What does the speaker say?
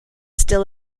still